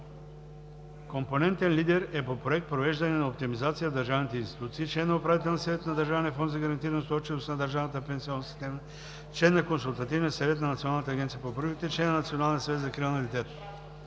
Компонентен лидер е по проект „Провеждане на оптимизация в държавните институции“, член на Управителния съвет на Държавния фонд за гарантиране устойчивост на държавната пенсионна система, член на Консултативния съвет на Националната агенция за приходите, член на Националния съвет за закрила на детето.